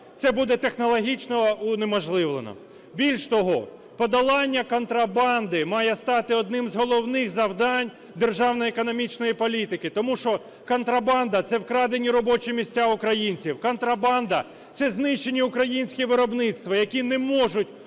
це буде технологічно унеможливлено. Більше того, подолання контрабанди має стати одним з головних завдань державної економічної політики, тому що контрабанда – це вкрадені робочі місця українців, контрабанда – це знищені українські виробництва, які не можуть